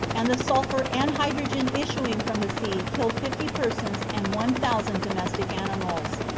and the sulphur and hydrogen issuing from the sea killed fifty persons and one thousand domestic animals.